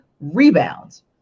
rebounds